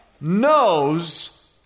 knows